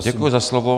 Děkuji za slovo.